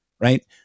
right